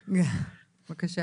היום,